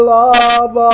love